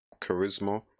charisma